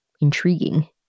intriguing